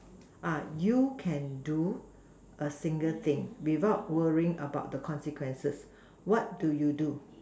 ah you can do a single thing without worrying about the consequences what do you do